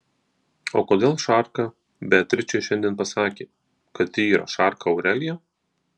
o kodėl šarka beatričė šiandien pasakė kad ji yra šarka aurelija